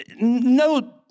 no